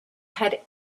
had